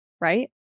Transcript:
right